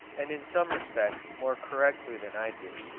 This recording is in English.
and in some respects more correctly than i did.